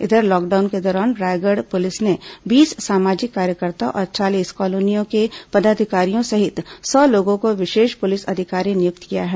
इधर लॉकडाउन के दौरान रायगढ़ पुलिस ने बीस सामाजिक कार्यकर्ता और चालीस कॉलोनियों के पदाधिकारियों सहित सौ लोगों को विशेष पुलिस अधिकारी नियुक्त किया है